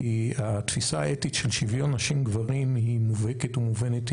כי התפיסה האתית של שוויון נשים גברים היא מובהקת ומובנת,